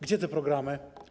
Gdzie te programy?